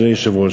אדוני היושב-ראש,